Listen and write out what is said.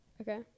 Okay